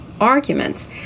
arguments